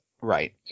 right